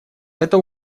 это